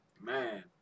Man